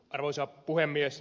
arvoisa puhemies